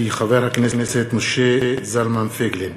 כי חבר הכנסת משה זלמן פייגלין